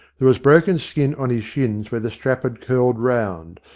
there was broken skin on his shins where the strap had curled round,